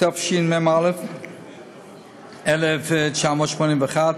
התשמ"א 1981,